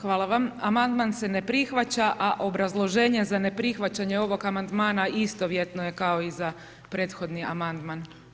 Hvala vam, amandman se ne prihvaća, a obrazloženja za neprihvaćanje ovog amandmana istovjetno je kao i za prethodni amandman.